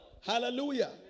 Hallelujah